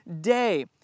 day